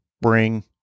bring